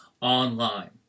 online